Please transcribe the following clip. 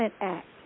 Act